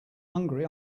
hungry